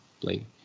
play